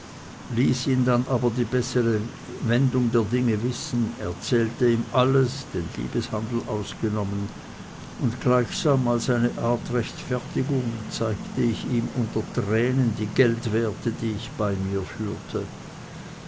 dann aber die bessere wendung der dinge wissen erzählte ihm alles den liebeshandel ausgenommen und gleichsam als eine art rechtfertigung zeigte ich ihm unter tränen die geldwerte die ich bei mir führte